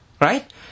right